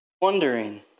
Wondering